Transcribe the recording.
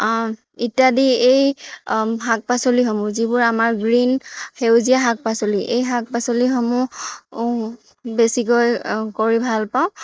ইত্যাদি এই শাক পাচলিসমূহ যিবোৰ আমাৰ গ্ৰীণ সেউজীয়া শাক পাচলি এই শাক পাচলিসমূহ বেছিকৈ কৰি ভাল পাওঁ